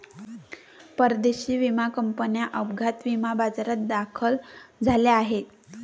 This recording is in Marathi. परदेशी विमा कंपन्या अपघात विमा बाजारात दाखल झाल्या आहेत